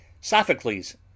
Sophocles